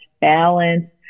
balance